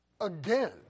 Again